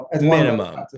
Minimum